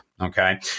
Okay